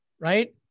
right